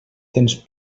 tens